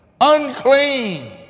unclean